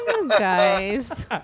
Guys